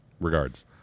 regards